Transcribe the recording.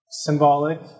symbolic